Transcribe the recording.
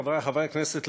חברי חברי הכנסת,